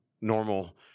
normal